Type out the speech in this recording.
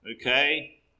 Okay